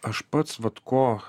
aš pats vat ko